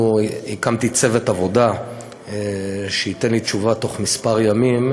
הקמתי צוות עבודה שייתן לי תשובה בתוך כמה ימים.